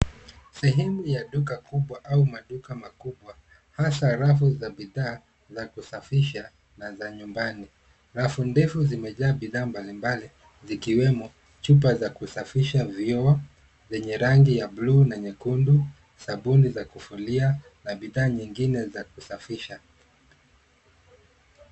Sehemu ya duka kubwa au maduka makubwa, hasaa rafu za bidhaa, za kusafisha, na za nyumbani. Rafu ndefu zimejaa bidhaa mbalimbali, zikiwemo chupa za kusafisha vioo, vyenye rangi ya bluu na nyekundu, sabuni za kufulia, na bidhaa nyingine za kusafisha.